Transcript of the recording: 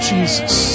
Jesus